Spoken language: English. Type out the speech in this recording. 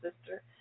sister